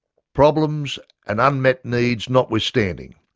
problems and unmet needs notwithstanding,